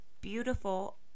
beautiful